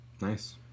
Nice